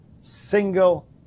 single